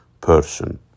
person